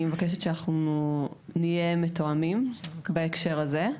אני מבקשת שאנחנו נהיה מתואמים בהקשר הזה,